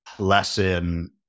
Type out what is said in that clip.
lesson